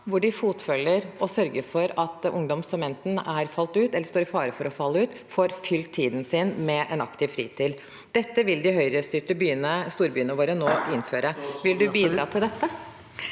som enten har falt ut, eller står i fare for å falle ut, får fylt tiden sin med en aktiv fritid. Dette vil de Høyre-styrte storbyene våre nå innføre. Vil du bidra til dette?